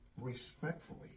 respectfully